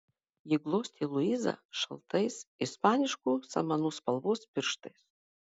ji glostė luizą šaltais ispaniškų samanų spalvos pirštais